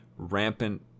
Rampant